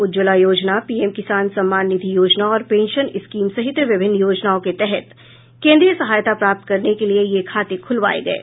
Ujjwala Yojana PM Kisan Samman Nidhi Yojana और pension scheme सहित विभिन्न योजनाओं के तहत केन्द्रीय सहायता प्राप्त करने के लिए यह खाते खुलवाए गये